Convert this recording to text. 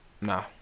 Nah